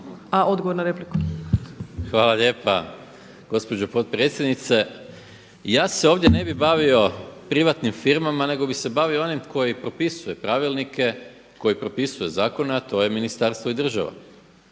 Gordan (SDP)** Hvala lijepa gospođo potpredsjednice. Ja se ovdje ne bi bavio privatnim firmama nego bi se bavio onim koji propisuje pravilnike, koji propisuje zakone, a to je ministarstvo i država.